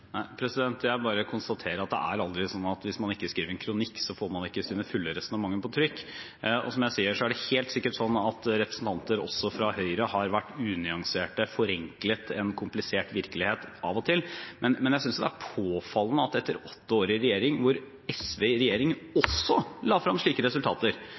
hvis man ikke skriver en kronikk, får man ikke sine fulle resonnementer på trykk. Som jeg sier, har helt sikkert også representanter fra Høyre vært unyanserte og forenklet en komplisert virkelighet av og til. Men jeg synes det er påfallende at man med åtte år i regjering, med SV i regjering, også la frem slike resultater,